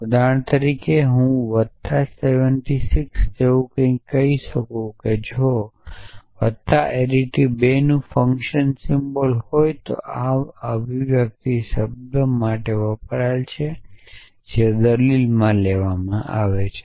ઉદાહરણ તરીકે હું વત્તા 7 6 જેવું કંઈક કહી શકું જો વત્તા એરેટી 2 નું ફંક્શન સિમ્બોલ હોય તો આ અભિવ્યક્તિ શબ્દ માટે વપરાય છે જે દલીલોમાં લે છે